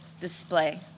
display